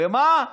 למה?